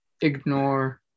Ignore